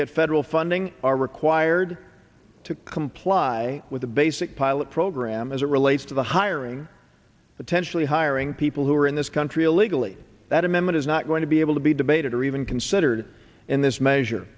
get federal funding are required to comply with the basic pilot program as it relates to the hiring potentially hiring people who are in this country illegally that amendment is not going to be able to be debated or even considered in this measure